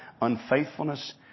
unfaithfulness